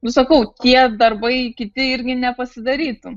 nu sakau tie darbai kiti irgi nepasidarytų